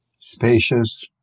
Spacious